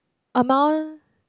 amount